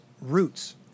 roots